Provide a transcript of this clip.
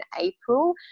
April